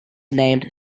named